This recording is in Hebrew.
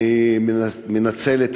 אני מנצל את